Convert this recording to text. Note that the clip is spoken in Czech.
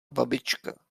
babička